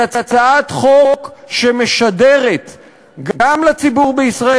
היא הצעת חוק שמשדרת גם לציבור בישראל,